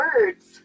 words